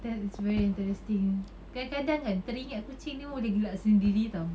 that is very interesting kadang-kadang kan teringat kucing ni pun boleh gelak sendiri [tau]